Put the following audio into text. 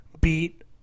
beat